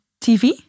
TV